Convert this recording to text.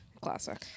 Classic